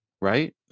Right